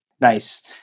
Nice